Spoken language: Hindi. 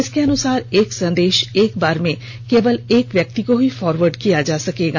इसके अनुसार एक संदेश एक बार में केवल एक व्यक्ति को ही फॉरवर्ड किया जा सकेगा